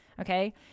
okay